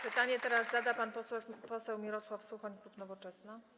Pytanie teraz zada pan poseł Mirosław Suchoń, klub Nowoczesna.